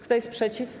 Kto jest przeciw?